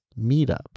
meetup